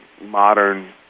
modern